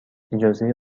اجازه